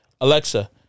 Alexa